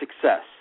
success